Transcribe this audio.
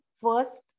first